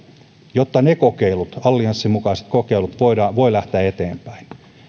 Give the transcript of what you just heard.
jotta ne kokeilut allianssin mukaiset kokeilut voivat lähteä eteenpäin